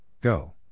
Go